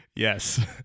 Yes